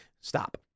Stop